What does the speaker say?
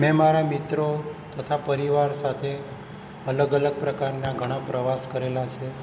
મેં મારા મિત્રો તથા પરિવાર સાથે અલગ અલગ પ્રકારના ઘણા પ્રવાસ કરેલા છે